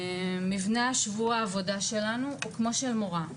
מבנה שבוע העבודה שלנו הוא כמו של מורה,